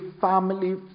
Family